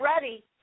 ready